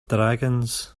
dragons